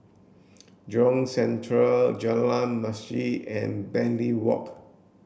Jurong Central Jalan Masjid and Bartley Walk